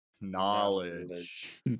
Knowledge